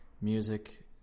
Music